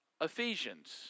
Ephesians